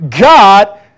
God